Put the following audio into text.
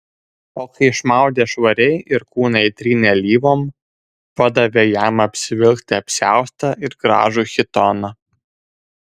o kai išmaudė švariai ir kūną įtrynė alyvom padavė jam apsivilkti apsiaustą ir gražų chitoną